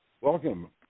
Welcome